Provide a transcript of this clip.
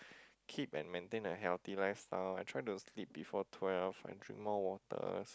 keep and maintain a healthy life style I try to sleep before twelve and drink more water